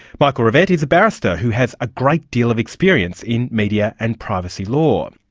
michael rivette is a barrister who has a great deal of experience in media and privacy law.